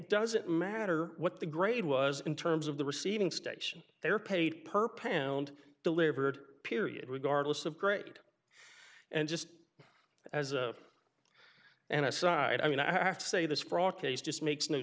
doesn't matter what the grade was in terms of the receiving station they're paid per pound delivered period regardless of grade and just as an aside i mean i have to say this fraud case just makes no